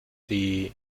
die